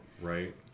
right